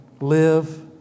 live